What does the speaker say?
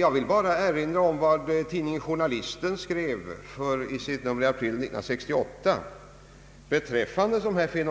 Jag vill bara erinra om vad tidningen Journalisten skrev i sitt aprilnummer år 1968 beträffande dessa fenomen Ang.